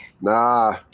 Nah